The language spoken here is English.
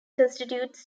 constitutes